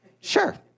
sure